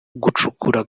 gucukura